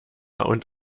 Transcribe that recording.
und